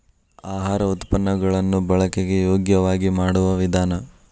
ಆಹಾರ ಉತ್ಪನ್ನ ಗಳನ್ನು ಬಳಕೆಗೆ ಯೋಗ್ಯವಾಗಿ ಮಾಡುವ ವಿಧಾನ